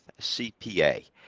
CPA